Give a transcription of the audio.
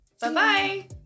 Bye-bye